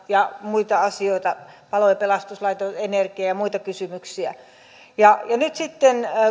ja muita asioita palo ja pelastuslaitos energia ja muita kysymyksiä nyt sitten